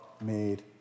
made